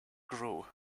grow